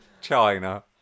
China